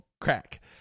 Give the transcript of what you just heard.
crack